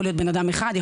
יכול להיות בן אדם אחד,